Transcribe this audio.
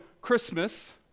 Christmas